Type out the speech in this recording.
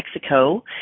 Mexico